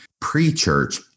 pre-church